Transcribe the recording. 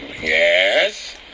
yes